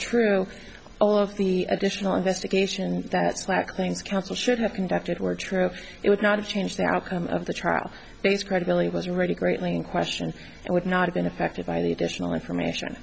true all of the additional investigation that slack things counsel should have conducted were true it would not change the outcome of the trial based credibility was already greatly in question and would not have been affected by the additional information